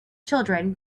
children